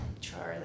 Charlie